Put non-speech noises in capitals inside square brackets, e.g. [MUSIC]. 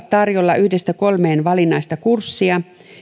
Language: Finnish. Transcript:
[UNINTELLIGIBLE] tarjolla yksi viiva kolme valinnaista kurssia